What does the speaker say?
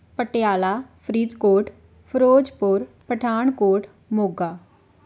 Patiala Faridkot Firozpur Pathankot Moga